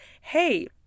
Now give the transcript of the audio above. hey